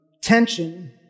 tension